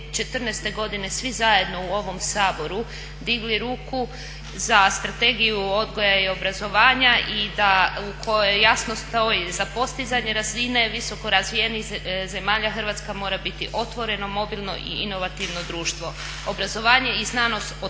2014.godine svi zajedno u ovom Saboru digli ruku za Strategiju odgoja i obrazovanja i da u kojoj jasno stoji: "Za postizanje razine visokorazvijenih zemalja Hrvatska mora biti otvoreno, mobilno i inovativno društvo. Obrazovanje i znanost od